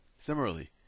Similarly